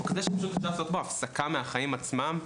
כזה שאפשר פשוט לעשות בו הפסקה מהחיים עצמם,